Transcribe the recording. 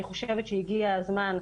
אני חושבת שהגיע הזמן,